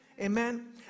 Amen